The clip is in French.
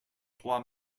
trois